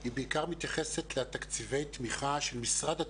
היא בעיקר מתייחסת לתקציבי תמיכה של משרד התרבות,